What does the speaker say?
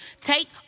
Take